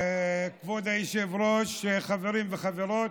כבוד היושב-ראש, חברים וחברות,